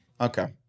Okay